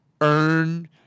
earn